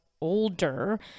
older